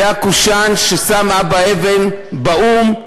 זה הקושאן ששם אבא אבן באו"ם ואמר: